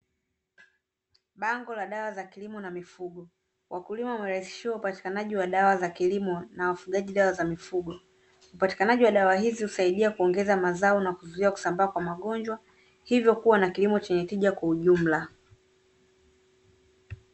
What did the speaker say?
Bango la dawa za kilimo na mifugo, wakulima wamerahisishiwa upatikanaji wadawa za kilimo na wafugaji dawa za mifugo. Upatikanaji wa dawa hizi husaidia kuongeza mazao na kuzuia kusambaa kwa magonjwa hivyo kuwa na kilimo chenye tija kwa ujumla.